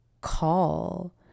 call